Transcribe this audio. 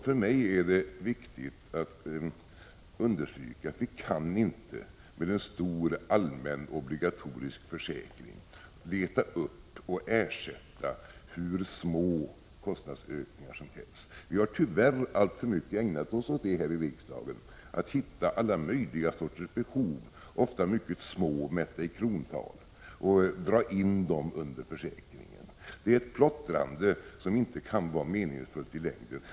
För mig är det viktigt att understryka att vi med en stor allmän obligatorisk försäkring inte kan leta upp och ersätta hur små kostnadsökningar som helst. Vi har här i kammaren tyvärr ägnat oss alltför mycket åt att försöka hitta alla möjliga sorters behov, ofta mycket små mätta i krontal, och dra in dem under försäkringen. Det är ett plottrande som inte kan vara meningsfullt i längden.